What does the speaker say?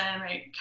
right